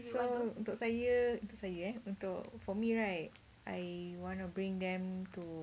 so untuk saya untuk saya ya untuk for me right I want to bring them to